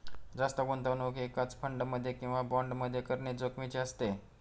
जास्त गुंतवणूक एकाच फंड मध्ये किंवा बॉण्ड मध्ये करणे जोखिमीचे असते